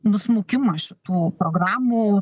nusmukimas šitų programų